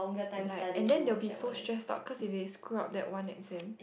like and then they will be so stress up cause if they screw up that one exam